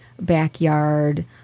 backyard